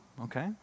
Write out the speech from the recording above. okay